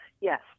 Yes